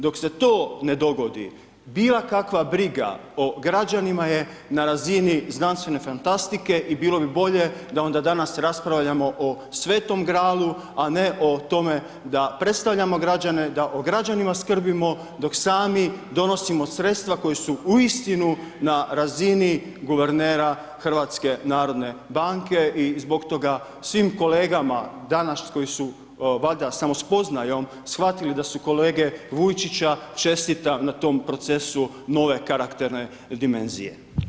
Dok se to ne dogodi, bilo kakva briga o građanima je na razini znanstvene fantastike i bilo bi bolje da onda danas raspravljamo o Svetom gralu, a ne o tome da predstavljamo građane, da o građanima skrbimo, dok sami donosimo sredstva koja su uistinu na razini guvernera HNB-a i zbog toga svim kolegama danas koji su, valjda samo spoznajom, shvatili da su kolege Vujčića, čestitam na tom procesu nove karakterne dimenzije.